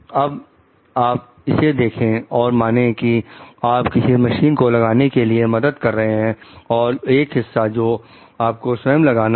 अब आप अगर इसे देखें और माने कि आप किसी मशीन को लगाने के लिए मदद कर रहे हैं और एक हिस्से को आपको स्वयं लगाना है